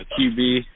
QB